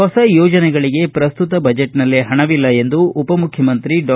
ಹೊಸ ಯೋಜನೆಗಳಿಗೆ ಪ್ರಸ್ತುತ ಬಜೆಟ್ನಲ್ಲಿ ಹಣವಿಲ್ಲಎಂದು ಉಪಮುಖ್ಯಮಂತ್ರಿ ಡಾ